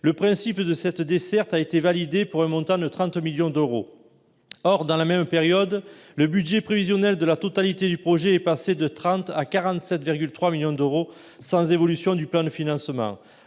le principe de cette desserte a été validé pour un montant de 30 millions d'euros. Or, dans la même période, le budget prévisionnel de la totalité du projet est passé de 30 millions à 47,3 millions d'euros, sans évolution du plan de financement.